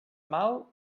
mal